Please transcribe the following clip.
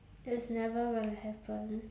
it's never gonna happen